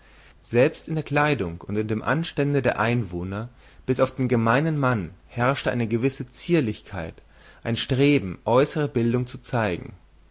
selbst in der kleidung und in dem anstände der einwohner bis auf den gemeinen mann herrschte eine gewisse zierlichkeit ein streben äußere bildung zu zeigen